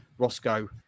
roscoe